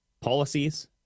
policies